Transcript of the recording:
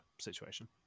situation